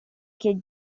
que